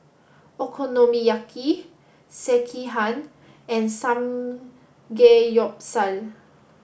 Okonomiyaki Sekihan and Samgeyopsal